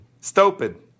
Stupid